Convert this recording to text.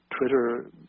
Twitter